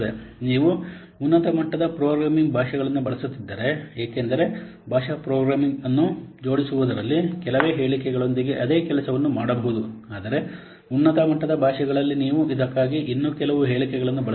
ನೀವು ಉನ್ನತ ಮಟ್ಟದ ಪ್ರೋಗ್ರಾಮಿಂಗ್ ಭಾಷೆಗಳನ್ನು ಬಳಸುತ್ತಿದ್ದರೆ ಏಕೆಂದರೆ ಭಾಷಾ ಪ್ರೋಗ್ರಾಮಿಂಗ್ ಅನ್ನು ಜೋಡಿಸುವುದರಲ್ಲಿ ಕೆಲವೇ ಹೇಳಿಕೆಗಳೊಂದಿಗೆ ಅದೇ ಕೆಲಸವನ್ನು ಮಾಡಬಹುದು ಆದರೆ ಉನ್ನತ ಮಟ್ಟದ ಭಾಷೆಗಳಲ್ಲಿ ನೀವು ಇದಕ್ಕಾಗಿ ಇನ್ನೂ ಕೆಲವು ಹೇಳಿಕೆಗಳನ್ನು ಬಳಸಬಹುದು